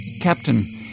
Captain